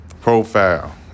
profile